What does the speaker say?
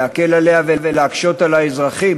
להקל עליה ולהקשות על האזרחים?